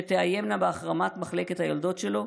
שתאיימנה בהחרמת מחלקת היולדות שלו?